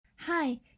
Hi